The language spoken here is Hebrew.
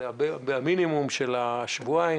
ועל המינימום של השבועיים,